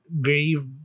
grave